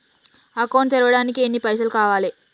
Account తెరవడానికి ఎన్ని పైసల్ కావాలే?